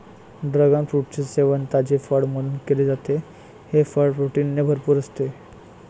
dragon फ्रूटचे सेवन ताजे फळ म्हणून केले जाते, हे फळ प्रोटीनने भरपूर असते